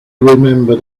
remembered